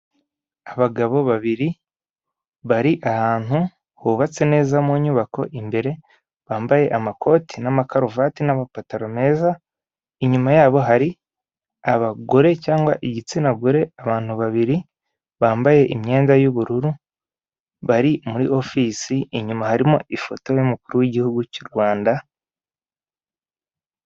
Abagabo babiri bari ahantu hubatse neza mu nyubako imbere, bambaye amakoti n'amakaruvati n'amapantaro meza, inyuma yabo hari abagore cyangwa igitsina gore abantu babiri bambaye imyenda y'ubururu, bari muri ofisi inyuma harimo ifoto y'umukuru w'gihugu cy'u Rwanda.